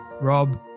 rob